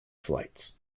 flights